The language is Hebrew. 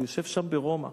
הוא יושב שם ברומא.